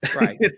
Right